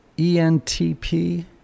E-N-T-P